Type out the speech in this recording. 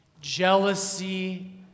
jealousy